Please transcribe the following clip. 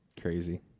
Crazy